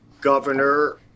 governor